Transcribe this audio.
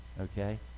Okay